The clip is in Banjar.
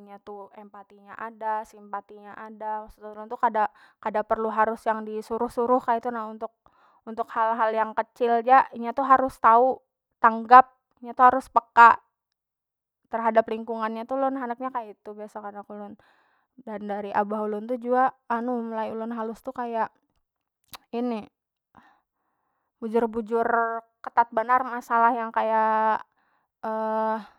inya tu empati nya ada simpati nya ada kada- kada perlu harus yang disuruh- suruh kaitu nah untuk- untuk hal- hal yang kecil ja inya tu harus tau tanggap nya tu harus peka terhadap lingkungannya tu ulun handak nya kaitu besok anak ulun dan dari abah ulun tu jua anu mulai ulun halus tu kaya ini bujur- bujur ketat banar masalah yang kaya.